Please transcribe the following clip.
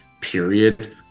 period